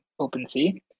OpenSea